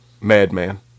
Madman